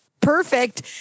Perfect